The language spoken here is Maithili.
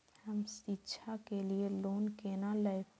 हम शिक्षा के लिए लोन केना लैब?